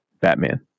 Batman